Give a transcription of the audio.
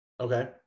Okay